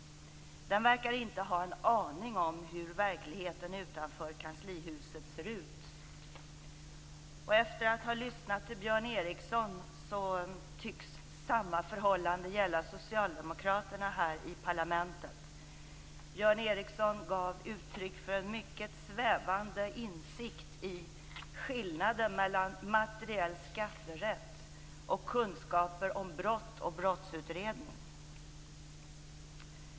Den verkar inte ha en aning om hur verkligheten utanför kanslihuset ser ut. Efter att ha lyssnat på Björn Ericson tycks samma förhållande gälla Socialdemokraterna här i parlamentet. Björn Ericson gav uttryck för en mycket svävande insikt i skillnaden mellan materiell skatterätt och kunskaper om brott och brottsutredning.